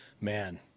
man